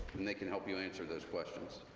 and they can help you answer those questions,